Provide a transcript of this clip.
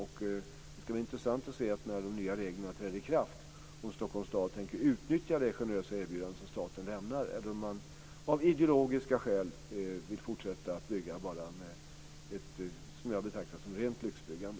Det ska bli intressant att se om Stockholms stad tänker utnyttja det generösa erbjudandet som staten lämnar när de nya reglerna träder i kraft, eller om man av ideologiska skäl vill fortsätta att bara bygga vad jag betraktar som ett rent lyxbyggande.